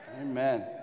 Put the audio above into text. Amen